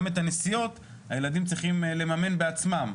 גם את הנסיעות הילדים צריכים לממן בעצמם.